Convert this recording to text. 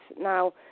Now